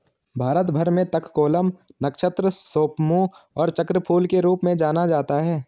भारत भर में तककोलम, नक्षत्र सोमपू और चक्रफूल के रूप में जाना जाता है